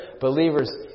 believers